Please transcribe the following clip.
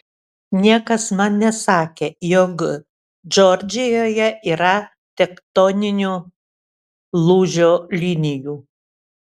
niekas man nesakė jog džordžijoje yra tektoninio lūžio linijų